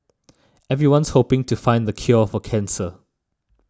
everyone's hoping to find the cure for cancer